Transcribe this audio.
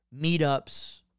meetups